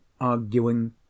arguing